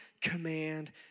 command